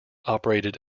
operated